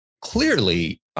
clearly